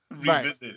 revisit